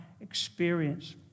experience